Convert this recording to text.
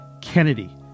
Kennedy